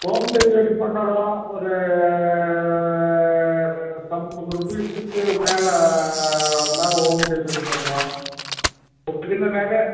home delivery பண்ணுறோம் ஒரு sum ரூபீஸுக்கு மேலே வந்தால் ஹோம் டெலிவரி பண்ணுறோம் உங்களுக்கு என்ன நிறையா